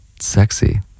sexy